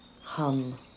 hum